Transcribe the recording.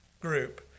group